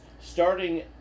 starting